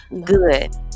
good